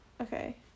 okay